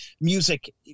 music